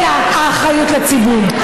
אלא האחריות לציבור.